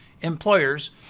employers